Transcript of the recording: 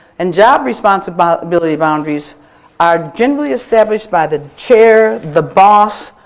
and job responsibility boundaries are generally established by the chair, the boss,